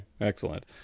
excellent